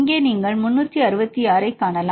இங்கே நீங்கள் 366 ஐக் காணலாம்